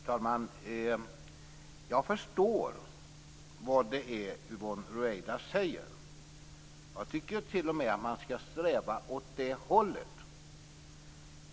Fru talman! Jag förstår vad det är Yvonne Ruwaida säger. Jag tycker t.o.m. att man skall sträva åt det hållet.